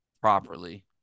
properly